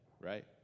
right